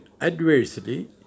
adversely